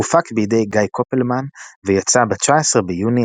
הופק בידי גיא קופלמן ויצא ב-19 ביוני